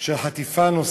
של חטיפה נוספת.